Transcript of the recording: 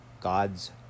God's